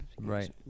Right